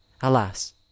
Alas